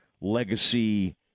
legacy